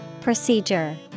Procedure